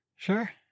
Sure